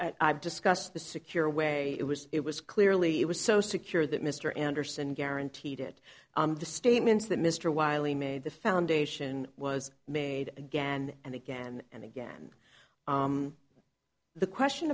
i've discussed the secure way it was it was clearly it was so secure that mr anderson guaranteed it the statements that mr wiley made the foundation was made again and again and again the question